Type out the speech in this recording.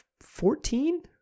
Fourteen